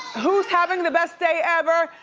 who's having the best day ever?